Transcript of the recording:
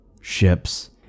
ships